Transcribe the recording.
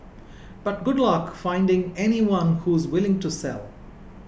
but good luck finding anyone who's willing to sell